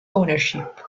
ownership